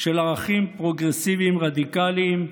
של ערכים פרוגרסיביים רדיקליים,